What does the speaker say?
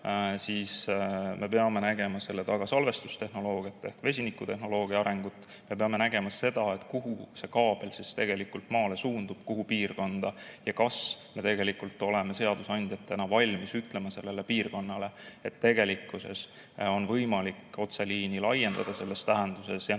siis me peame nägema selle taga salvestustehnoloogia ehk vesinikutehnoloogia arengut, me peame nägema seda, kus see kaabel maale suundub, mis piirkonnas, ja kas me oleme seadusandjatena valmis ütlema sellele piirkonnale, et on võimalik otseliini laiendada selles tähenduses ja